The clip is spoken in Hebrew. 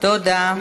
תודה.